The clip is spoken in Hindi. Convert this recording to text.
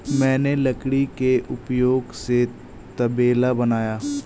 मैंने लकड़ी के उपयोग से तबेला बनाया